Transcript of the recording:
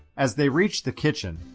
as they reached the kitchen,